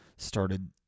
started